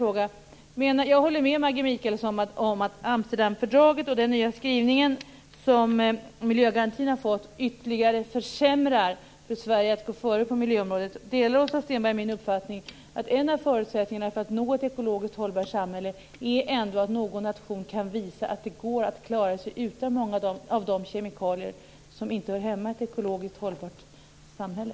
Slutligen: Jag håller med Maggi Mikaelsson om att Amsterdamfördraget och den nya skrivning som miljögarantin har fått ytterligare försämrar Sveriges möjligheter att gå före på miljöområdet. Delar Åsa Stenberg min uppfattning att en av förutsättningarna för att nå ett ekologiskt hållbart samhälle är att någon nation kan visa att det går att klara sig utan många av de kemikalier som inte hör hemma i ett ekologiskt hållbart samhälle?